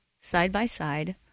side-by-side